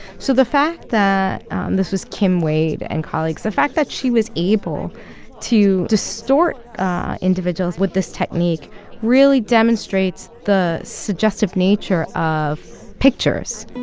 so the fact that and this was kim wade and colleagues the fact that she was able to distort individuals with this technique really demonstrates the suggestive nature of pictures